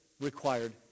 required